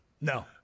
No